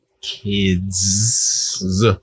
Kids